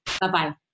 Bye-bye